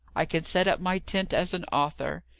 i can set up my tent as an author.